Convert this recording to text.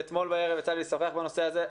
ואתמול בערב יצא לי לשוחח בנושא הזה.